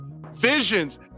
visions